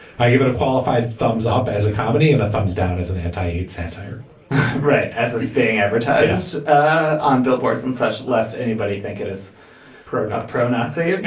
i give it a qualified thumbs up as a comedy and a thumbs down as an anti-war satire right as it's being advertised ah on billboards and such lest anybody think it is pro not pro nazi and